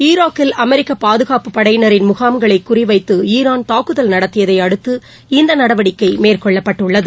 ஈராக்கில் அமெரிக்க பாதுகாப்புப் படையினரின் முகாம்களை குறி வைத்து ஈரான் தாக்குதல் நடத்தியதை அடுத்து இந்த நடவடிக்கை மேற்கொள்ளப்பட்டுள்ளது